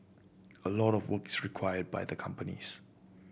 a lot of work is required by the companies